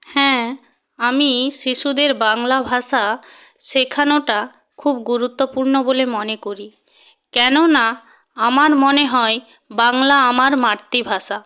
হ্যাঁ আমি শিশুদের বাংলা ভাষা শেখানোটা খুব গুরুত্বপূর্ণ বলে মনে করি কেননা আমার মনে হয় বাংলা আমার মাতৃভাষা